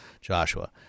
Joshua